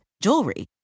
jewelry